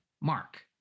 mark